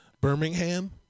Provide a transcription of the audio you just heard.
Birmingham